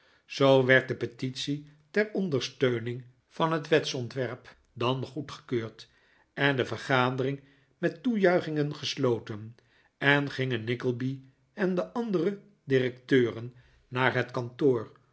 zoo werd de petitie ter ondersteuning van het wetsontwerp dan goedgekeurd en de vergadering met toejuichingen gesloten en gingen nickleby en de andere directeuren naar het kantoor